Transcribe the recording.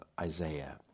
Isaiah